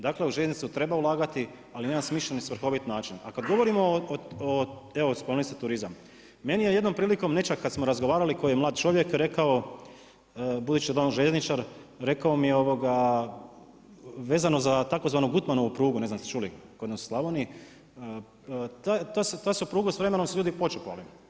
Dakle, u željeznicu treba ulagati ali na jedan smišljen i svrhovit način, a kad govorimo, evo spomenuli ste turizam, meni je jednom prilikom nećak kad smo razgovarali, koji je mlad čovjek rekao budući da je on željezničar, rekao vezano za tzv. Gutmanovu prugu ne znam jeste li čuli, kod nas u Slavoniji, ta se pruga, s vremenom su je ljudi počupali.